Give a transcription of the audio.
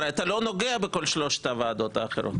הרי אתה לא נוגע בכל שלוש הוועדות האחרות.